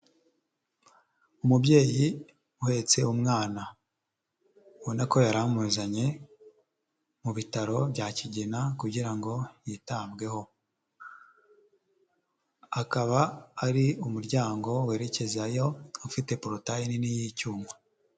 Umubyeyi uhetse umwana ubona ko yari amuzanye mu bitaro bya kigina kugira yitabweho. Akaba ari umuryango werekeza ufite porotaye nini y'icyuma.